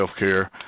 healthcare